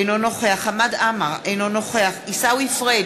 אינו נוכח חמד עמאר, אינו נוכח עיסאווי פריג'